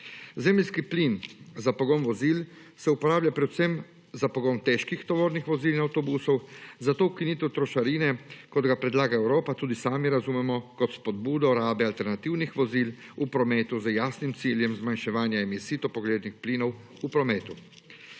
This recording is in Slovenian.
Zemeljski plin za pogon vozil se upravlja za pogon težkih tovornih vozil na avtobusov za to ukinitev trošarine kot ga predlaga Evropa tudi sami razumemo kot spodbudo rabe alternativnih vozil v prometu z jasnim ciljem zmanjševanje emisij toplogrednih plinov v prometu.